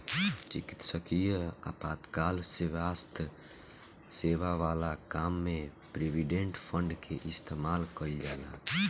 चिकित्सकीय आपातकाल स्वास्थ्य सेवा वाला काम में प्रोविडेंट फंड के इस्तेमाल कईल जाला